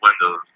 windows